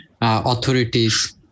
authorities